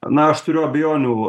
na aš turiu abejonių